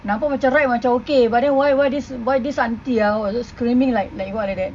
nampak macam ride macam okay but then why why this why this aunty ah !wah! screaming like what like that